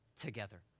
together